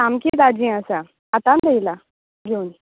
सामकी ताज्जी आसा आतांत येला घेवून